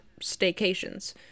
staycations